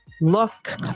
look